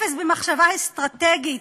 אפס במחשבה אסטרטגית,